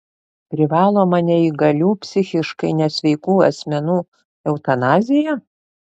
privaloma neįgalių psichiškai nesveikų asmenų eutanazija